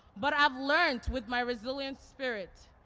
but i've learned, with my resilient spirit,